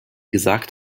gesagt